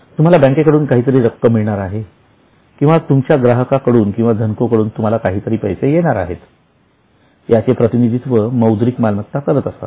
तुम्हाला बँकेकडून काहीतरी रक्कम मिळणार आहे किंवा तुमच्या ग्राहकांकडून किंवा धनको कडून तुम्हाला काहीतरी पैसे येणार आहेत याचे प्रतिनिधित्व मौद्रिक मालमत्ता करत असतात